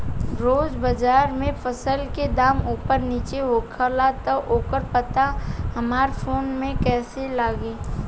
रोज़ बाज़ार मे फसल के दाम ऊपर नीचे होखेला त ओकर पता हमरा फोन मे कैसे लागी?